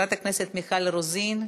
חברת הכנסת מיכל רוזין,